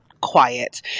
quiet